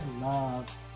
love